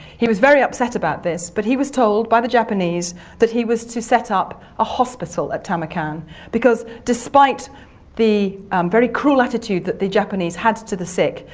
he was very upset about this, but he was told by the japanese that he was to set up a hospital at tamarkan because despite the very cruel attitude that the japanese had to the sick,